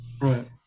Right